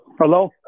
Hello